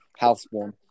Houseborn